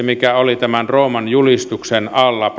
mikä oli tämän rooman julistuksen alla